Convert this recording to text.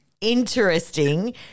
interesting